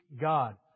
God